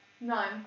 Nine